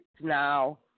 now